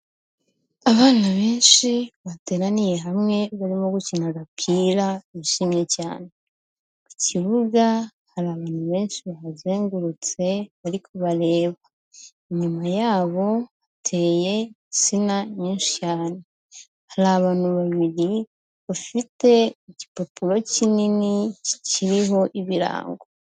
Abana benshi bateraniye hamwe barimo gukina agapira bishimye cyane, ku kibuga hari abantu benshi bahazengurutse bari kubareba, inyuma yabo hateye insina nyinshi cyane, hari abantu babiri bafite igipapuro kinini kiriho ibirango.